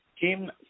kim